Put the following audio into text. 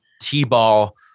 T-ball